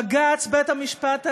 בג"ץ, בית-המשפט העליון,